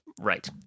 Right